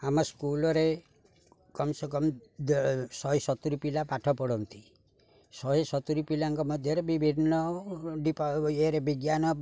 ଆମ ସ୍କୁଲ୍ରେ କମ୍ ସେ କମ୍ ଶହେ ସତୁରି ପିଲା ପାଠ ପଢ଼ନ୍ତି ଶହେ ସତୁରି ପିଲାଙ୍କ ମଧ୍ୟରେ ବିଭିନ୍ନ ଇଏରେ ବିଜ୍ଞାନ